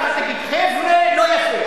תגיד: חבר'ה, זה לא יפה.